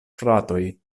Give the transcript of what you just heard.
fratoj